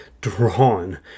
drawn